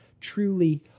truly